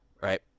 right